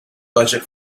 budget